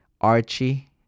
Archie